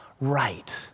right